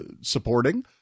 supporting